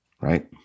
right